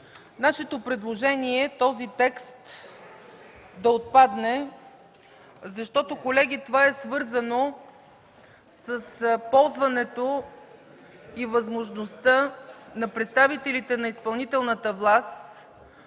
Нашето предложение е този текст да отпадне, защото, колеги, това е свързано с ползването и възможността на представителите на изпълнителната власт